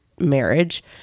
marriage